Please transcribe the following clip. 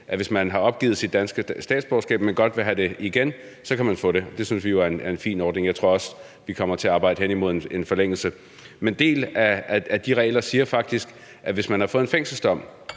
at hvis man har opgivet sit danske statsborgerskab, men godt vil have det igen, så kan man få det. Det synes vi jo er en fin ordning, og jeg tror også, vi kommer til at arbejde hen imod en forlængelse af den. Men en del af de regler siger faktisk, at hvis man har fået en fængselsdom,